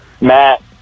Matt